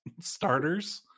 starters